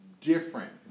different